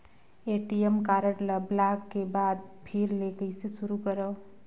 ATM card ल block के बाद फिर ले कइसे शुरू करव?